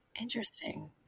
Interesting